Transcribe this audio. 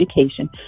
education